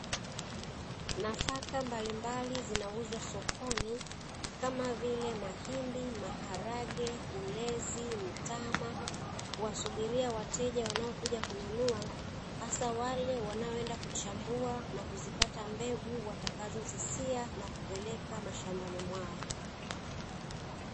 Nafaka mbalimbali zinauzwa sokoni, kama vile mahindi, maharage, ulezi, mtaama uwasubiria wateja kuja kununua, asa wale wanaoenda kuzichambua na kuzipata mbegu watakazousia na kupeleka mashambani mwao.